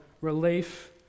relief